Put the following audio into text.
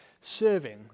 serving